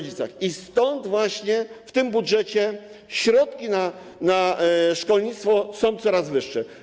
Dlatego właśnie w tym budżecie środki na szkolnictwo są coraz wyższe.